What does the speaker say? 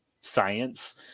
science